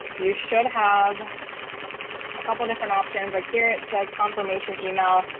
you should have a couple different options like here it says confirmation email,